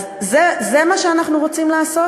אז זה מה שאנחנו רוצים לעשות?